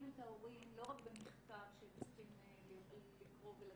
את ההורים לא רק במכתב שהם צריכים לקרוא ולדעת,